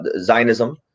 Zionism